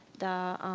the